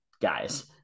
guys